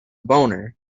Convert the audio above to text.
boner